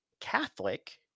Catholic